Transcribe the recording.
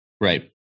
right